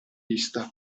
vista